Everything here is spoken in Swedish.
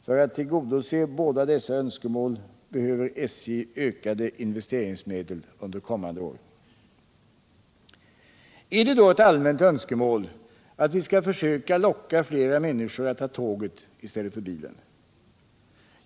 För att tillgodose båda dessa önskemål behöver Ärdet då ett allmänt önskemål att vi skall försöka locka flera människor att ta tåget i stället för bilen?